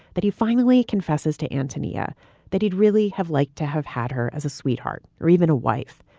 that he finally confesses to antonia that he'd really have liked to have had her as a sweetheart or even a wife.